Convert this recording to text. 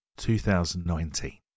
2019